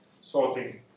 sorting